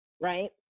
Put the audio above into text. right